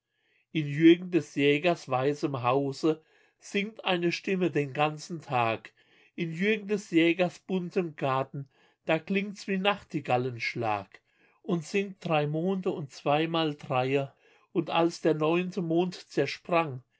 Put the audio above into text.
in jürgen des jägers weißem hause singt eine stimme den ganzen tag in jürgen des jägers buntem garten da klingt's wie nachtigallenschlag und singt drei monde und zweimal dreie und als der neunte mond zersprang